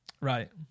Right